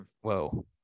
Whoa